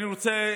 אני רוצה